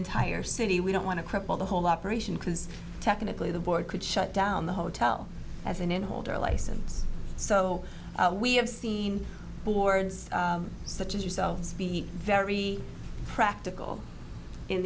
entire city we don't want to cripple the whole operation cruise technically the board could shut down the hotel as an inn holder license so we have seen boards such as yourselves be very practical in